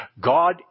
God